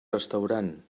restaurant